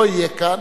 לא יהיה כאן,